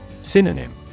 Synonym